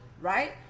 right